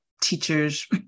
teachers